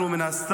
אנחנו, מן הסתם,